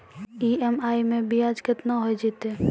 EMI मैं ब्याज केतना हो जयतै?